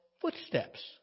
footsteps